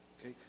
Okay